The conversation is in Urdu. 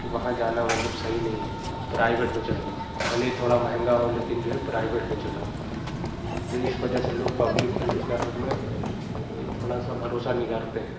کہ وہاں جانا مطلب صحیح نہیں ہے پرائیویٹ میں چلو بھلے ہی تھوڑا مہنگا ہو لیکن جو ہے پرائیویٹ میں چلو تو اِس وجہ سے لوگ پبلک ہیلتھ کئیر میں تھوڑا سا بھروسہ نہیں کرتے ہیں